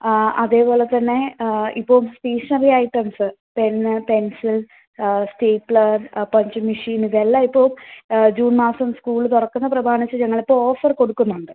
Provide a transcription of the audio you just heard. ആ അതേപോലെ തന്നെ ഇപ്പം stationery items pen pencil stapler punching machine ഇതെല്ലാം ഇപ്പോൾ ജൂൺ മാസം സ്കൂള് തുറക്കുന്ന പ്രമാണിച്ച് ഞങ്ങൾ ഇപ്പോൾ ഓഫറ് കൊടുക്കുന്നുണ്ട്